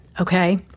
okay